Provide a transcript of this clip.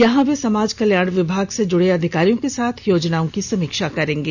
यहाँ वे समाज कल्याण विभाग से जुड़े अधिकारियों के साथ योजनाओं की समीक्षा करेंगे